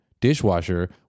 dishwasher